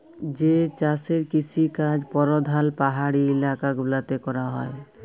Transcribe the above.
যে চাষের কিসিকাজ পরধাল পাহাড়ি ইলাকা গুলাতে ক্যরা হ্যয়